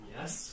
Yes